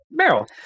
Meryl